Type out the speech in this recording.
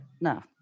no